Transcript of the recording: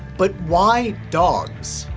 but why dogs?